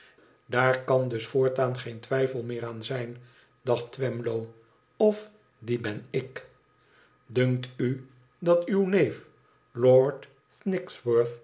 daar kan dus voortaan geen twijfel meer aanzijn dacht twemlow ofdiebenik dunkt u dat uw neef